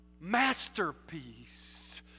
masterpiece